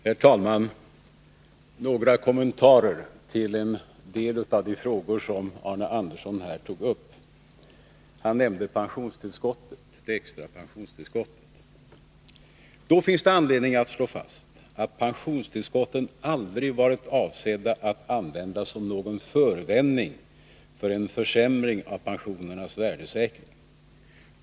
Herr talman! Några kommentarer till en del av de frågor som Arne Andersson i Gustafs tog upp. Han nämnde det extra pensionstillskottet. Det finns anledning att slå fast att pensionstillskotten aldrig har varit avsedda att användas som någon förevändning för en försämring av pensionernas värdesäkring.